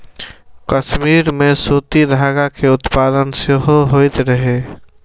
कश्मीर मे सूती धागा के उत्पादन सेहो होइत रहै